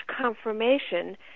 confirmation